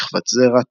שכבת זרע,